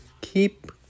Keep